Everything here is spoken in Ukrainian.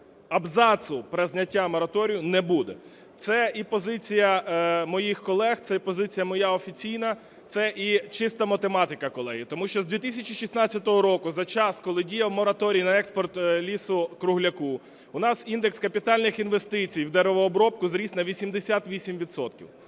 абзацу про знаття мораторію не буде. Це і позиція моїх колег, це і позиція моя офіційна, це і чиста математика, колеги. Тому що з 2016 року за час, коли діяв мораторій на експорт лісу-кругляку, у нас індекс капітальних інвестицій в деревообробку зріс на 88